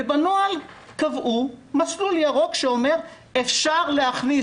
ובנוהל קבעו מסלול ירוק שאומר שאפשר להכניס